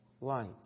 light